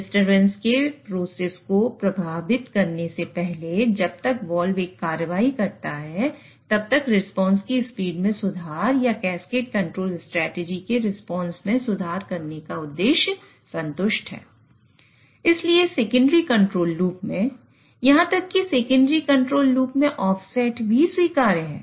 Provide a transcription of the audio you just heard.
disturbance के process को प्रभावित करने से पहले जब तक वाल्व एक कार्रवाई करता है तब तक रिस्पांस की स्पीड में सुधार या कैस्केड कंट्रोल स्ट्रेटजी के रिस्पांस में सुधार करने का उद्देश्य संतुष्ट है